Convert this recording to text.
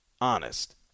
honest